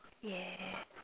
yeah